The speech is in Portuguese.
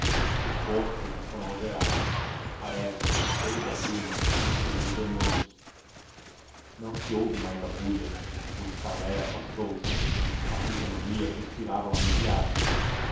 os rostos estão alterados parece que do seio da bruma vão surgir demônios não se ouve a bulha o escaler afastou-se as fisionomias respiram aliviadas